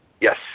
Yes